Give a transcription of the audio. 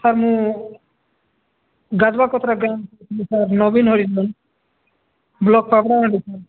sir ମୁଁ ଗାଁ block Papadahandi sir